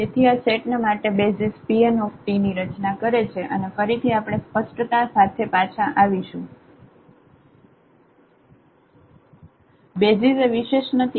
તેથી આ સેટ ને માટે બેસિઝ Pnt ની રચના કરે છે અને ફરીથી આપણે સ્પષ્ટતા સાથે પાછા આવશું બેસિઝ એ વિશેષ નથી